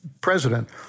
president